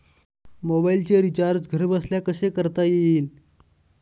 मोबाइलचे रिचार्ज घरबसल्या कसे करता येईल?